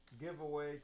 Giveaway